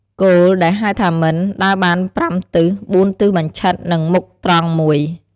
គោល ដែលហៅថាម៉ិត ដើរបាន ៥ទិស ៤ទិសបញ្ឆិត និងមុខត្រង់១។